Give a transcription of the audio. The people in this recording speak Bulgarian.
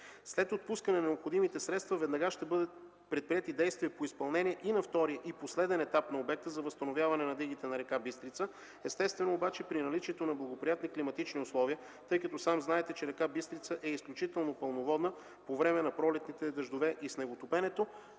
След отпускане на необходимите средства веднага ще бъдат предприети действия по изпълнение и на втория, последен етап на обекта за възстановяване на дигите на река Бистрица, естествено, при наличие на благоприятни климатични условия, тъй като сам знаете, че река Бистрица е изключително пълноводна по време на пролетните дъждове и снеготопенето.